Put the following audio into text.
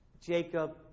Jacob